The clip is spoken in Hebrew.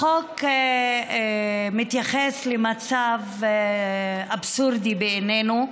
החוק מתייחס למצב אבסורדי בעינינו,